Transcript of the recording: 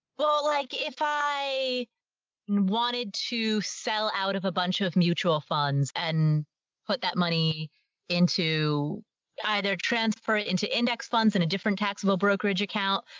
well, like if i wanted to sell out of a bunch of mutual funds and put that money into either transfer it into index funds and a different taxable brokerage account,